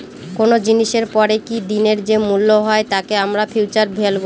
কোনো জিনিসের পরে কি দিনের যে মূল্য হয় তাকে আমরা ফিউচার ভ্যালু বলি